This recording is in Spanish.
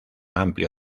amplio